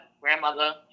grandmother